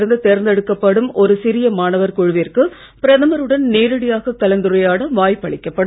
இருந்து தேர்ந்தெடுக்கப்படும் ஒரு சிறிய மாணவர் குழுவிற்கு பிரதமருடன் நேரடியாக கலந்துரையாட வாய்ப்பு அளிக்கப்படும்